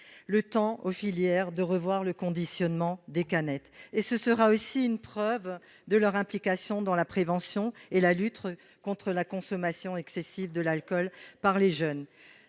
le temps aux filières de revoir le conditionnement en canettes. Ce sera là une preuve de leur implication dans la prévention et dans la lutte contre la consommation excessive d'alcool des jeunes.